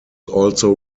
also